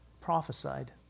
prophesied